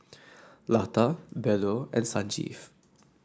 Lata Bellur and Sanjeev